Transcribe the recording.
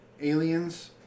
Aliens